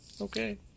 Okay